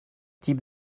type